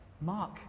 Mark